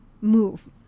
move